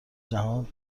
جهان